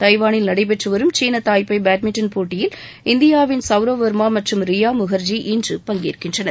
தைவானில் நடைபெற்றுவரும் சீன Taipei badminton போட்டியில் இந்தியாவின் சவ்ரவ் வர்மா மற்றும் ரியா முகா்ஜி இன்று பங்கேற்கின்றனர்